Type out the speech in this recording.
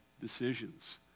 decisions